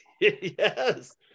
yes